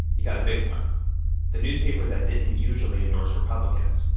he got a big one the newspaper that didn't usually endorse republicans,